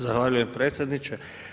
Zahvaljujem predsjedniče.